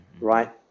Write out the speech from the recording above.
Right